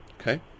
okay